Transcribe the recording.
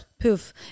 poof